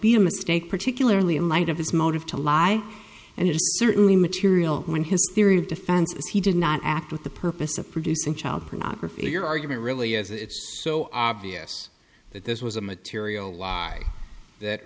be a mistake particularly in light of his motive to lie and it is certainly material when his theory of defense was he did not act with the purpose of producing child pornography your argument really as it's so obvious that this was a material lie that